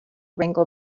wrangle